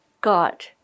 God